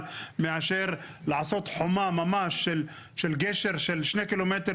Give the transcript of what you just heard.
מאשר לעשות חומה של גשר של שני קילומטר,